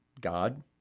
God